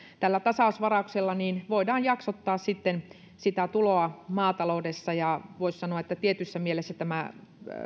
tällä tasausvarauksella voidaan jaksottaa tuloa maataloudessa voisi sanoa että tietyssä mielessä tämä